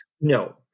No